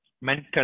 Mental